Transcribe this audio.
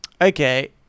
Okay